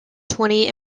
twenty